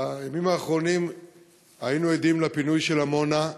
בימים האחרונים היינו עדים לפינוי של עמונה,